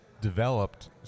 developed